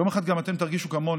יום אחד גם אתם תרגישו כמוני,